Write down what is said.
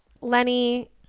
Lenny